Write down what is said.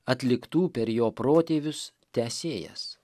atliktų per jo protėvius tęsėjas